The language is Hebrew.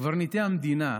קברניטי המדינה,